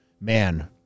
man